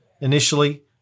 initially